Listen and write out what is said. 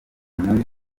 muri